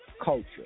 culture